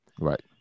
Right